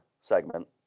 segment